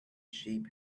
sheep